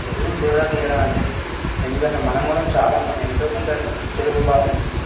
తెలుగుని డెవలప్ చేయడం అంటే ఎందుకంటే మనం కూడా చాలా కొన్ని ఎంతో కొంత తెలుగు భాషను